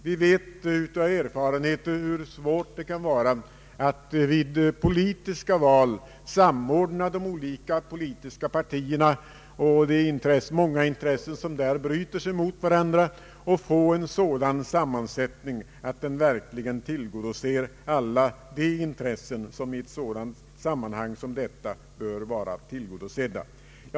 Vi vet av erfarenhet hur svårt det kan vara att vid politiska val samordna de olika politiska partierna och de många intressen som där bryts mot varandra och få en sådan sammansättning att den verkligen tillgodoser alla de intressen som i ett sammanhang som detta bör vara tillgodosedda.